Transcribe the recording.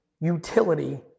utility